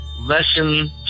lesson